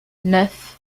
neuf